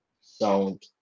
sound